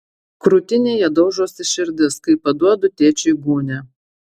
krūtinėje daužosi širdis kai paduodu tėčiui gūnią